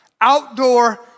outdoor